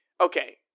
okay